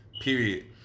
Period